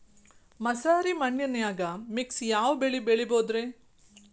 ಮಸಾರಿ ಮಣ್ಣನ್ಯಾಗ ಮಿಕ್ಸ್ ಯಾವ ಬೆಳಿ ಬೆಳಿಬೊದ್ರೇ?